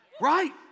right